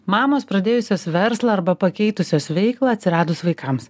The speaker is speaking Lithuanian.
mamos pradėjusios verslą arba pakeitusios veiklą atsiradus vaikams